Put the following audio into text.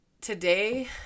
today